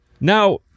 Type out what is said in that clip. Now